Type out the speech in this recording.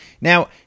Now